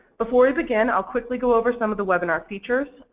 before we begin i'll quickly go over some of the webinar features.